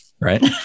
right